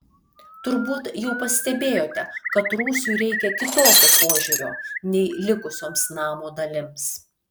turbūt jau pastebėjote kad rūsiui reikia kitokio požiūrio nei likusioms namo dalims